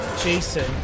Jason